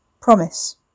Promise